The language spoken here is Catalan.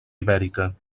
ibèrica